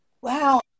Wow